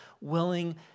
willing